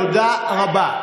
תודה רבה.